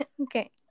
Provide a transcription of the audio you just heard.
okay